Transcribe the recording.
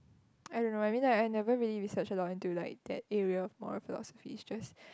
I don't know I mean I I never really research a lot into like that area of moral philosophy it's just